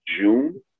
june